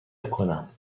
کنم